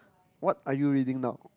what are you reading now